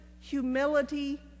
humility